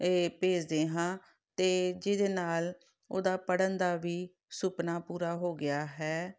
ਇਹ ਭੇਜਦੇ ਹਾਂ ਅਤੇ ਜਿਹਦੇ ਨਾਲ ਉਹਦਾ ਪੜ੍ਹਨ ਦਾ ਵੀ ਸੁਪਨਾ ਪੂਰਾ ਹੋ ਗਿਆ ਹੈ